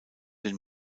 den